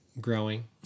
growing